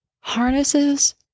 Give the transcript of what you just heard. harnesses